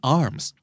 arms